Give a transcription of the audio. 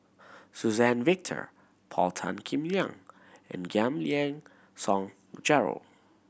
Suzann Victor Paul Tan Kim Liang and Giam Yean Song Gerald